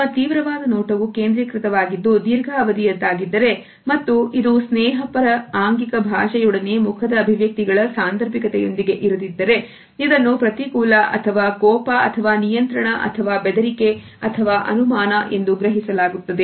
ನಮ್ಮ ತೀವ್ರವಾದ ನೋಟವು ಕೇಂದ್ರೀಕೃತವಾಗಿದ್ದು ದೀರ್ಘ ಅವಧಿಯದ್ದಾಗಿದ್ದರೆ ಮತ್ತು ಇದು ಸ್ನೇಹಪರ ಆಂಗಿಕ ಭಾಷೆಯೊಡನೆ ಮುಖದ ಅಭಿವ್ಯಕ್ತಿಗಳ ಸಾಂದರ್ಭಿಕತೆ ಯೊಂದಿಗೆ ಇರದಿದ್ದರೆ ಇದನ್ನು ಪ್ರತಿಕೂಲ ಅಥವಾ ಕೋಪ ಅಥವಾ ನಿಯಂತ್ರಣ ಅಥವಾ ಬೆದರಿಕೆ ಅಥವಾ ಅನುಮಾನ ಎಂದು ಗ್ರಹಿಸಲಾಗುತ್ತದೆ